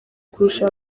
kurusha